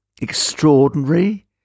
extraordinary